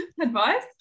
advice